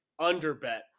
underbet